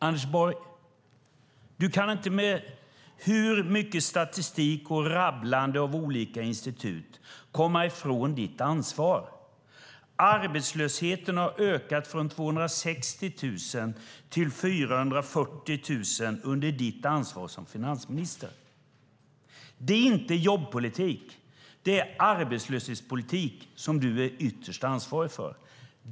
Hur mycket statistik från olika institut du än rabblar upp kan du inte med komma ifrån ditt ansvar, Anders Borg. Arbetslösheten har ökat från 260 000 till 440 000 under den tid du har haft ansvar som finansminister. Det är inte jobbpolitik. Det är arbetslöshetspolitik som du är ytterst ansvarig för.